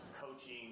coaching